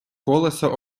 колесо